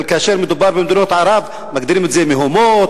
אבל כאשר מדובר במדינות ערב מגדירים את זה מהומות,